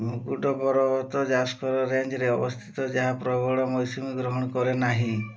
ମୁକୁଟ ପରବତ ଜାସ୍କର ରେଞ୍ଜରେ ଅବସ୍ଥିତ ଯାହା ପ୍ରବଳ ମୌସୁମୀ ଗ୍ରହଣ କରେ ନାହିଁ